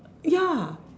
ya